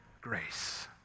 grace